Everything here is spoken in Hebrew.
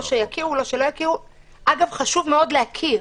אגב, חשוב מאוד להכיר,